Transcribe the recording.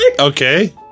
Okay